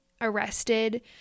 arrested